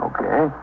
Okay